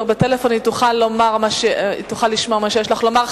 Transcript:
בטלפון היא תוכל לשמוע מה שיש לך לומר.